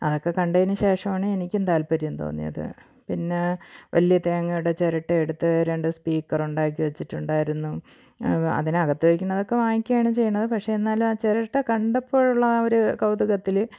അതൊക്കെ കണ്ടതിന് ശേഷമാണ് എനിക്കും താൽപ്പര്യം തോന്നിയത് പിന്നെ വലിയ തേങ്ങയുടെ ചിരട്ടയെടുത്ത് രണ്ട് സ്പീക്കറൊണ്ടാക്കി വെച്ചിട്ടുണ്ടായിരുന്നു അപ്പോൾ അതിനകത്ത് വെക്കണതൊക്കെ വാങ്ങിക്കയാണ് ചെയ്യണത് പക്ഷേ എന്നാലും ആ ചിരട്ട കണ്ടപ്പോഴുള്ള ആ ഒരു കൗതുകത്തിൽ